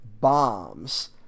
bombs